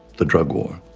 the drug war.